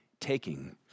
taking